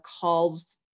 calls